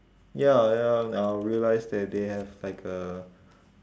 ya ya I'll realise that they have like a